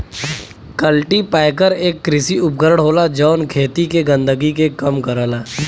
cultipacker एक कृषि उपकरण होला जौन खेत के गंदगी के कम करला